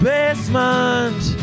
Basement